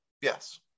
Yes